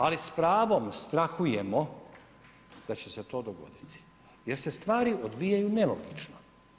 Ali s pravom strahujemo da će se to dogoditi jer se stvari odvijaju nelogično.